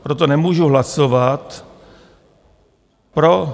Proto nemůžu hlasovat pro.